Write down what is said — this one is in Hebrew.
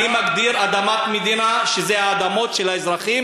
אני מגדיר "אדמת מדינה" האדמות של האזרחים